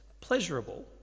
pleasurable